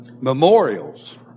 memorials